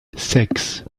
sechs